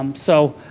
um so,